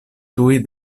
tuj